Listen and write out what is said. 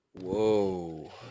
Whoa